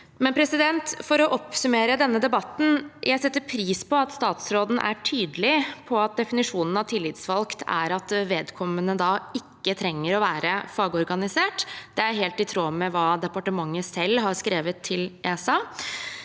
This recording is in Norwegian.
For å oppsummere denne debatten: Jeg setter pris på at statsråden er tydelig på at definisjonen av «tillitsvalgt» er at vedkommende ikke trenger å være fagorganisert. Det er helt i tråd med hva departementet selv har skrevet til ESA.